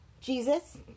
Jesus